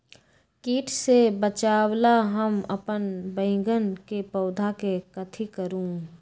किट से बचावला हम अपन बैंगन के पौधा के कथी करू?